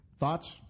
Thoughts